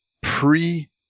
Pre